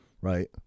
right